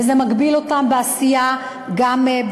וזה מגביל אותם בעשייה באזרחות.